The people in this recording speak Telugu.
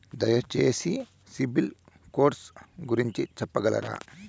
దయచేసి సిబిల్ స్కోర్ గురించి చెప్పగలరా?